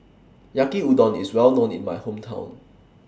Yaki Udon IS Well known in My Hometown